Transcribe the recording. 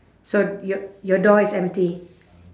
so your your door is empty